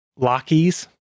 Lockies